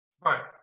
Right